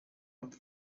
hari